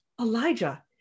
Elijah